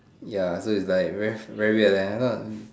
ya so it's like ver~ very weird at the end ah